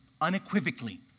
unequivocally